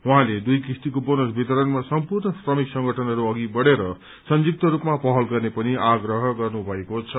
उहाँले दुइ किस्तीको बोनस वितरणमा सम्पूर्ण श्रमिक संगठनहरू अघि बढ़ेर संयुक्त रूपमा पहल गर्ने पनि आग्रह गर्नुभएको छ